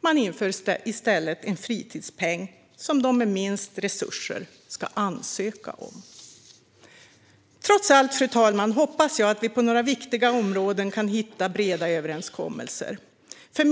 och inför i stället en fritidspeng som de med minst resurser får ansöka om. Fru talman! Trots allt hoppas jag att vi på några viktiga områden kan hitta breda överenskommelser.